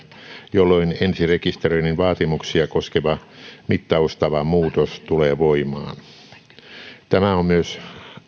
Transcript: jolloin ensirekisteröinnin vaatimuksia koskeva mittaustavan muutos tulee voimaan tämä on myös